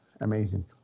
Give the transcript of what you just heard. Amazing